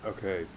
Okay